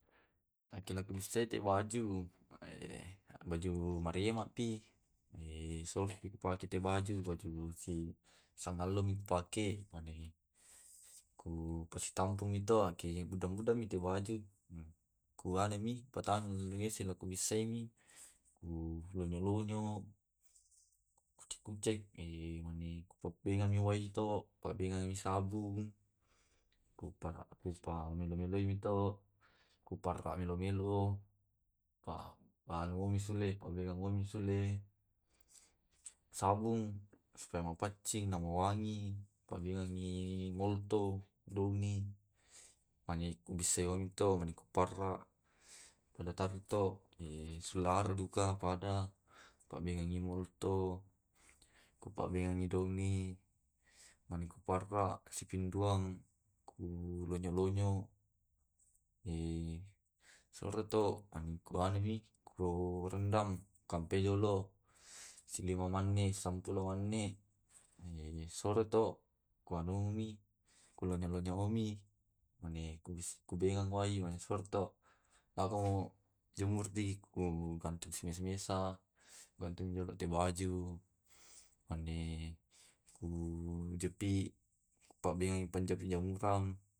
Yaku wissaiki tu waju, e waju maremapi eh sol pi pake tu baju, baju si sangallomi ku pake. Mane Kupasi tampungmi to, angke udah udahmi, tu baju, ku patamani wc na ku bissaimi ku ronyo ronyo, kucek-kucek, e mane ku pappengami wai to, pabengang mi sabung, kupa kupa melo meloini to, kuparra melo melo, pa panomi sule pabegang moli sule, sabung supaya mapaccing na mawangi, pabengangi molto downi, mane ku bissai onto, mane ku parra. Pole tarri to eh sulara duka pada pabengangi molto, ku pabengangi dongi, mani ku parra, sikinduang, ku lonyo, lonyo. Eh suro to na ke kuanumi, kurendam kampai jolo, sembila manne, sampulo manni. Eh sore to ku anungeng mi kulonyo lonyongeng mi, mane ku bengeng wae manu skorto, apamu jemur di ku kantu si mesak mesak bantu mi jolo tu baju, manne ku jepit, pa bengang panjapi jemurang.